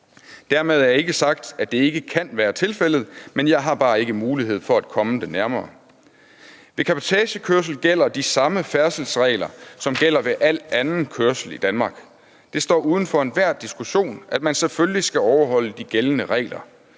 Dermed er ikke sagt, at det ikke kan være tilfældet, men jeg har bare ikke mulighed for at komme det nærmere. Ved cabotagekørsel gælder de samme færdselsregler, som gælder ved al anden kørsel i Danmark. Det står uden for enhver diskussion, at man selvfølgelig skal overholde de gældende regler.